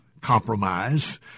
compromise